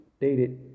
dated